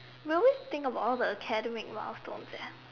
we always think about all the academic milestones eh